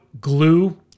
glue